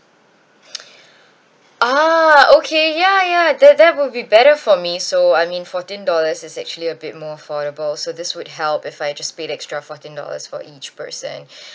ah okay ya ya that that would be better for me so I mean fourteen dollars is actually a bit more affordable so this would help if I just paid extra fourteen dollars for each person